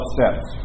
Steps